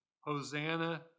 Hosanna